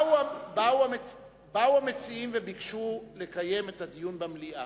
באו המציעים וביקשו לקיים את הדיון במליאה.